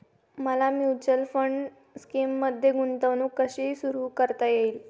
मला mutual fund स्कीममध्ये गुंतवणूक कशी सुरू करता येईल?